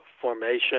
formation